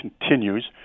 continues